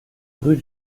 rue